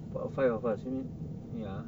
five of us you mean ya